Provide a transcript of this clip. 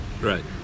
Right